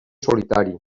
solitari